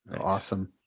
Awesome